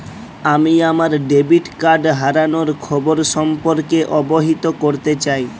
আমি আমার debit card হারানোর খবর সম্পর্কে অবহিত করতে চাই